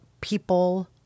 people